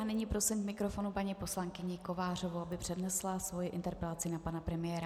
Nyní prosím k mikrofonu paní poslankyni Kovářovou, aby přednesla svou interpelaci na pana premiéra.